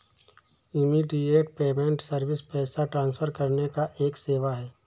immediate payment service पैसा transfer करने का एक सेवा है